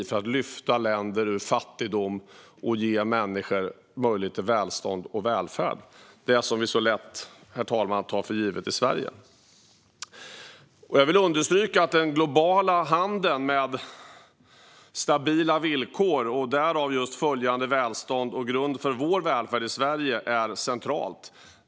Det handlar om att lyfta länder ur fattigdom och ge människor möjlighet till välstånd och välfärd - det som vi så lätt tar för givet i Sverige, herr talman. Jag vill understryka att den globala handeln med stabila villkor och därav följande välstånd, inklusive vår välfärd i Sverige, är central.